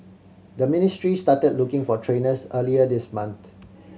the ministry started looking for trainers earlier this month